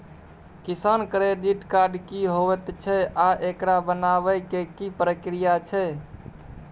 किसान credit card की होयत छै आ एकरा बनाबै के की प्रक्रिया छै?